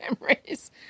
memories